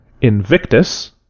Invictus